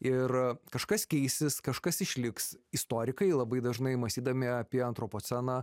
ir kažkas keisis kažkas išliks istorikai labai dažnai mąstydami apie antropoceną